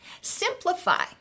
Simplify